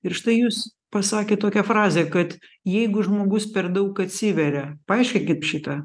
ir štai jūs pasakėt tokią frazę kad jeigu žmogus per daug atsiveria paaiškinkim šitą